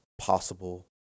possible